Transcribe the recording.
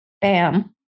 Bam